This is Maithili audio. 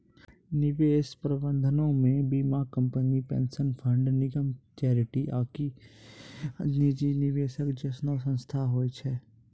निवेश प्रबंधनो मे बीमा कंपनी, पेंशन फंड, निगम, चैरिटी आकि निजी निवेशक जैसनो संस्थान होय छै